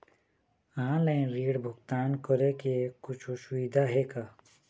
Online ऋण भुगतान करे के कुछू सुविधा हे का?